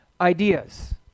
ideas